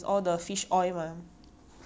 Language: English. then 才去 lick 全身